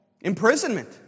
Imprisonment